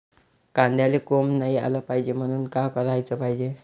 कांद्याला कोंब नाई आलं पायजे म्हनून का कराच पायजे?